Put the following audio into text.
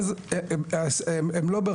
אני אספר לך משהו, גיא, אחרי שלוש שנים נשברתי.